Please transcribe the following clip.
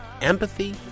empathy